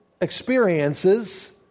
experiences